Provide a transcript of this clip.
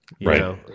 Right